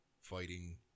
fighting